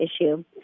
issue